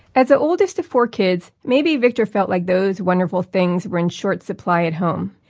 as the oldest of four kids, maybe victor felt like those wonderful things were in short supply at home.